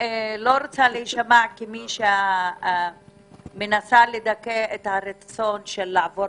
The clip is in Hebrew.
לא רוצה להישמע כמי שמנסה לדכא את הרצון לעבור